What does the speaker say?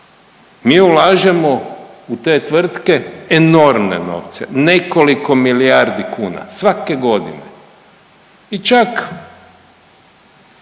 Mi ulažemo u te tvrtke enormne novce, nekoliko milijardi kuna svake godine i čak